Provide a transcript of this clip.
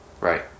Right